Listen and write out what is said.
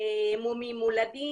מומים מולדים,